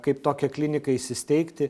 kaip tokią kliniką įsisteigti